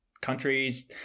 countries